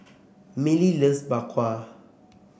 Milly loves Bak Kwa